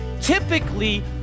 typically